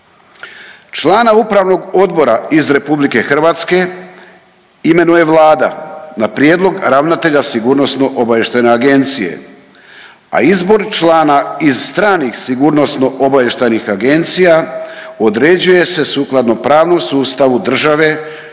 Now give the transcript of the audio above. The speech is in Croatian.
Člana upravnog odbora iz Republike Hrvatske imenuje Vlada na prijedlog ravnatelja Sigurnosno-obavještajne agencije, a izbor člana iz stranih sigurnosno-obavještajnih agencija određuje se sukladno pravnom sustavu države iz koje